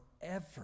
forever